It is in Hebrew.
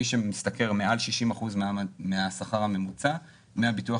מי שמשתכר מעל 60% מהשכר הממוצע דמי הביטוח